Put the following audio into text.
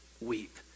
weep